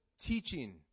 teaching